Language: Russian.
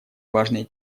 важной